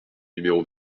numéro